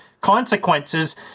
consequences